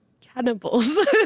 cannibals